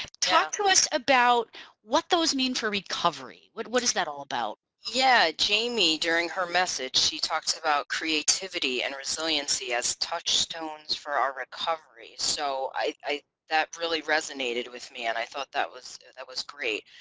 talk to us about what those mean for recovery what what is that all about? yeah jamie during her message she talked about creativity and resiliency as touchstones for our recovery so i that really resonated with me and i thought that was that was great